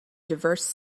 diverse